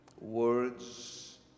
words